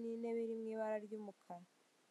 ibyapa byinshi byamamaza ibyo barimo.